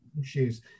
issues